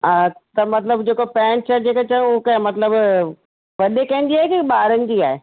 त मतिलब जेको पैंट शर्ट जेके चयव हू कंहिं मतिलब वॾे कंहिंजी आहे की ॿारनि जी आहे